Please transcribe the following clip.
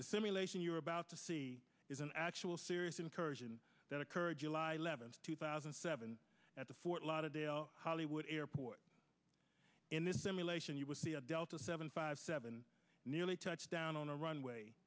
the simulation you're about to see is an actual serious incursion that occurred july eleventh two thousand and seven at the fort lauderdale hollywood airport in this simulation you will see a delta seven five seven nearly touch down on a runway